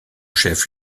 chef